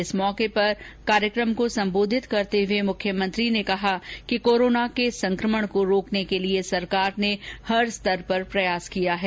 इस मौके पर कार्यक्रम को संबोधित करते हुए मुख्यमंत्री ने कहा कि कोरोना के संक्रमण को रोकने के लिये सरकार ने हर स्तर पर प्रयास किया है